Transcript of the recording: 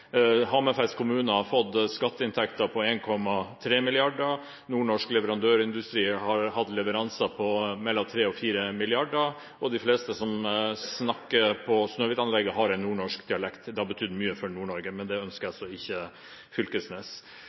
Hammerfest kommune har fått skatteinntekter på 1,3 mrd. kr, nordnorsk leverandørindustri har hatt leveranser på mellom 3 mrd. kr og 4 mrd. kr, og de fleste som snakker på Snøhvit-anlegget, har en nordnorsk dialekt. Det har betydd mye for Nord-Norge, men det ønsker altså ikke Fylkesnes.